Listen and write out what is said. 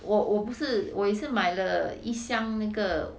我我我不是我也是买了一箱那个